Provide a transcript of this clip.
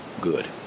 good